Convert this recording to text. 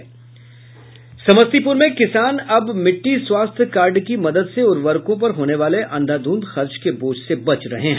समस्तीपूर में किसान अब मिट्टी स्वास्थ्य कार्ड की मदद से उर्वरकों पर होने वाले अंधाधुंध खर्च के बोझ से बच रहे हैं